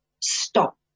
stop